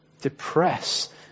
depress